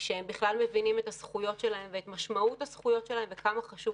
שהם מבינים את הזכויות שלהם ואת משמעות הזכויות שלהם וכמה חשוב